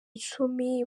icumi